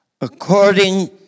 according